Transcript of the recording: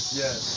yes